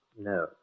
no